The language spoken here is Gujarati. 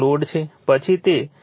પછી તે IL હશે પછી cos